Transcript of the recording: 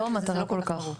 זאת לא המטרה כל כך.